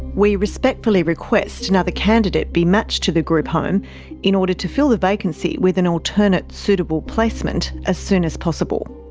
we respectfully request another candidate be matched to the group home in order to fill the vacancy with an alternate suitable placement as soon as possible.